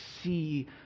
see